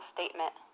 Statement